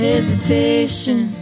Hesitation